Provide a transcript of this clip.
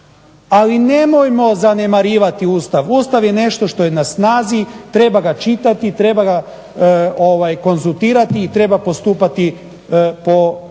ali nemojmo zanemarivati Ustav, Ustav je nešto što je na snazi, treba ga čitati, treba ga konzultirat i treba postupati po ustavu